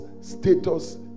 status